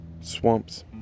swamps